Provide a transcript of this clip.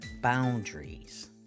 boundaries